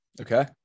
Okay